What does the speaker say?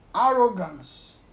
arrogance